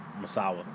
Masawa